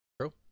True